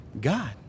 God